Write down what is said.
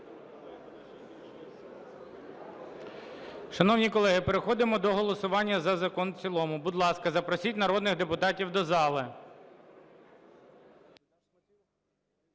Шановні колеги, переходимо до голосування за закон в цілому. Будь ласка, запросіть народних депутатів до зали.